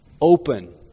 open